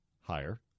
higher